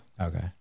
Okay